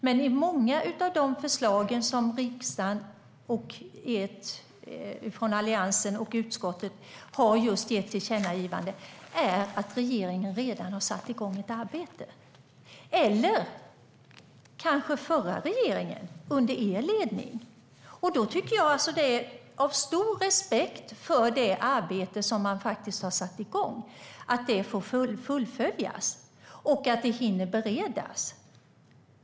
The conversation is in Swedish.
Men när det gäller många av de förslag från Alliansen och utskottet som riksdagen har gett som tillkännagivande har regeringen eller kanske den förra regeringen, under er ledning, redan satt igång ett arbete. Då tycker jag att man av respekt för det arbete som faktiskt har satts igång ser till att det får fullföljas och att det hinner beredas.